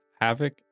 Havoc